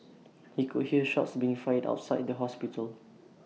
he could hear shots being fired outside the hospital